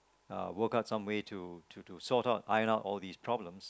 uh work out some way to to so sort out iron out all these problems